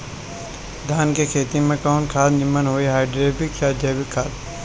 धान के खेती में कवन खाद नीमन होई हाइब्रिड या जैविक खाद?